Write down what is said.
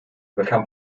bekam